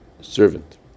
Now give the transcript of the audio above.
servant